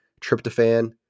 tryptophan